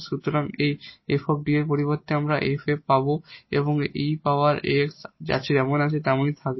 সুতরাং এই 𝑓 𝐷 এর পরিবর্তে আমরা f a পাব এবং এই e power a x যেমন আছে তেমনই থাকবে